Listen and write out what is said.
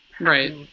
Right